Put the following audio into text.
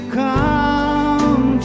come